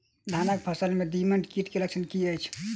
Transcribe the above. धानक फसल मे दीमक कीट केँ लक्षण की अछि?